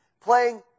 playing